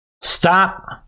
stop